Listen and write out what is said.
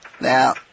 Now